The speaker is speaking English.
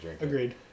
Agreed